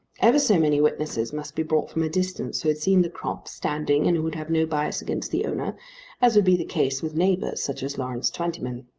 ever so many witnesses must be brought from a distance who had seen the crop standing and who would have no bias against the owner as would be the case with neighbours, such as lawrence twentyman.